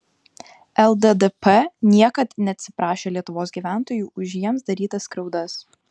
lddp niekad neatsiprašė lietuvos gyventojų už jiems darytas skriaudas